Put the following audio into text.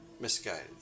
Misguided